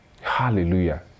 Hallelujah